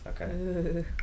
okay